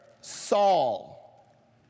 Saul